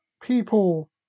people